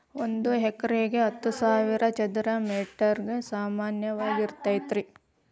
ಒಂದ ಹೆಕ್ಟೇರ್ ಹತ್ತು ಸಾವಿರ ಚದರ ಮೇಟರ್ ಗ ಸಮಾನವಾಗಿರತೈತ್ರಿ